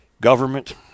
government